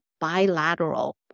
bilateral